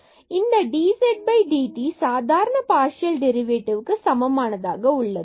இந்த dzdt சாதாரண partial derivative க்கு சமமானதாக உள்ளது